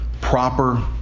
proper